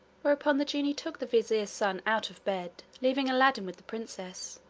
whereupon the genie took the vizier's son out of bed, leaving aladdin with the princess.